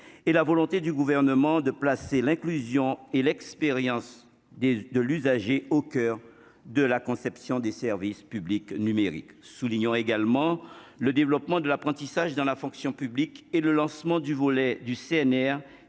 et la volonté du gouvernement de placer l'inclusion et l'expérience des de l'usager au coeur de la conception des services publics numériques, soulignant également le développement de l'apprentissage dans la fonction publique et le lancement du volet du CNR